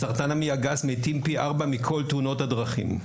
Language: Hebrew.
מסרטן המעי הגס מתים פי ארבע מאשר מכל תאונות הדרכים.